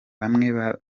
bamwe